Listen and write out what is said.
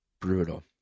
brutal